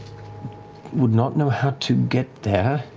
would not know how to get there